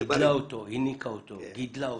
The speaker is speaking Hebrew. הניקה אותו, גידלה אותו,